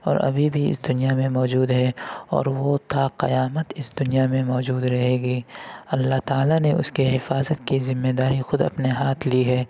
اور ابھی بھی اِس دنیا میں موجود ہے اور وہ تا قیامت اِس دنیا میں موجود رہے گی اللہ تعالیٰ نے اُس کے حفاظت کی ذمے داری خود اپنے ہاتھ لی ہے